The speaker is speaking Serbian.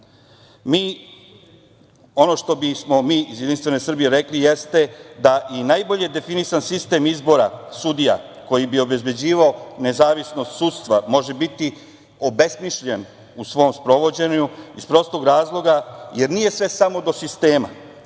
Ono što bismo mi iz Jedinstvene Srbije rekli jeste da i najbolje definisan sistem izbora sudija, koji bi obezbeđivao nezavisnost sudstva, može biti obesmišljen u svom sprovođenju, iz prostog razloga jer nije sve samo do sistema,